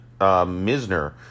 Misner